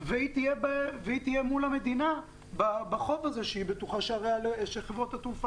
והיא תהיה מול המדינה בחוב הזה שחברות התעופה